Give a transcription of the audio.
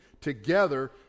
together